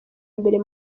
mbere